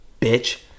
bitch